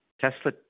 Tesla